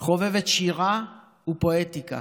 חובבת שירה ופואטיקה.